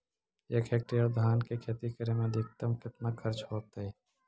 एक हेक्टेयर धान के खेती करे में अधिकतम केतना खर्चा होतइ?